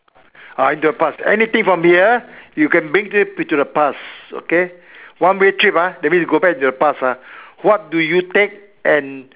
ah in the past anything from here you can bring it into the past okay one way trip ah that means go back to the past ah what do you take and